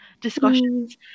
discussions